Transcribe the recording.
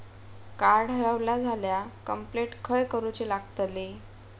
Card हरवला झाल्या complaint खय करूची लागतली?